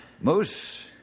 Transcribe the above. Moose